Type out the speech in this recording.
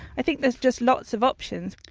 i think there's just lots of options.